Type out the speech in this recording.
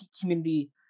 community